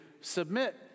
submit